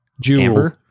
Jewel